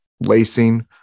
lacing